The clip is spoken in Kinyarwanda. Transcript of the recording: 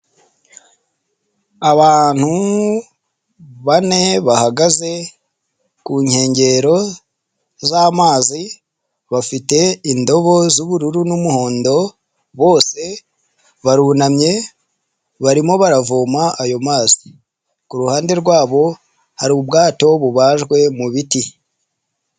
Abantu bane bahagaze ku nkengero z'amazi, bafite indobo z'ubururu n'umuhondo, bose barunamye barimo baravoma ayo mazi, ku ruhande rwabo hari ubwato bubajwe mu biti.